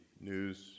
news